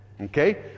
okay